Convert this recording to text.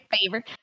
favorite